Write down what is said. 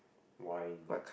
wine